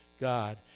God